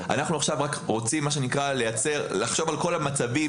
אנחנו עכשיו רק רוצים מה שנקרא לחשוב על כל המצבים